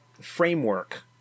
framework